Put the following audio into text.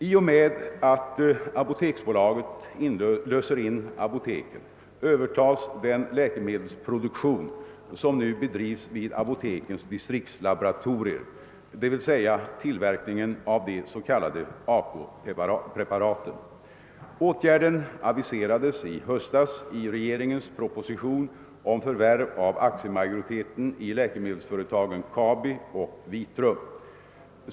I och med att apoteksbolaget löser in apoteken övertas den läkemedelsproduktion som nu bedrivs vid apotekens distriktslaboratorier, d.v.s. tillverkningen av de s.k. ACO-preparaten. Åtgärden aviserades i höstas i regeringens proposition om förvärv av aktiemajoriteten i läkemedelsföretagen Kabi och Vitrum.